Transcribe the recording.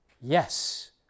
Yes